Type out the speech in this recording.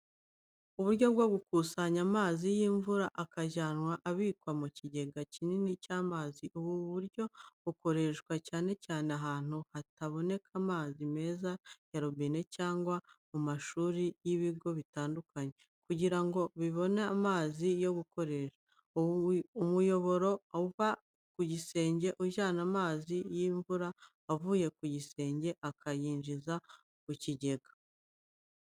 Uburyo bwo gukusanya amazi y’imvura akajya abikwa mu kigega kinini cy’amazi. Ubu buryo bukoreshwa cyane cyane ahantu hataboneka amazi meza ya robine cyangwa mu mashuri n’ibigo bitandukanye, kugira ngo bibone amazi yo gukoresha. Umuyoboro uva ku gisenge ujyana amazi y’imvura avuye ku gisenge akayinjiza mu kigega.